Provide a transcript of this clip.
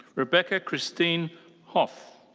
rebecca christine hough.